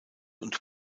und